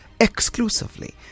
exclusively